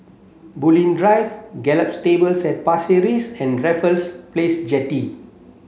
Bulim Drive Gallop Stables at Pasir Ris and Raffles Place Jetty